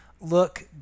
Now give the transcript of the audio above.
look